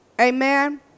Amen